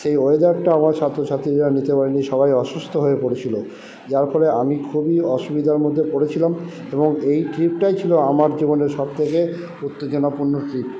সেই ওয়েদারটা আমার ছাত্র ছাত্রীরা নিতে পারে নি সবাই অসুস্থ হয়ে পড়েছিলো যার ফলে আমি খুবই অসুবিধার মধ্যে পড়েছিলাম এবং এই ট্রিপটাই ছিলো আমার জীবনে সব থেকে উত্তেজনাপূর্ণ ট্রিপ